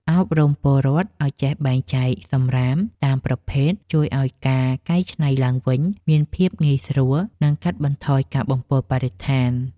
អប់រំពលរដ្ឋឱ្យចេះបែងចែកសំរាមតាមប្រភេទជួយឱ្យការកែច្នៃឡើងវិញមានភាពងាយស្រួល និង កាត់បន្ថយការបំពុលបរិស្ថាន។